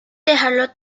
dejarlo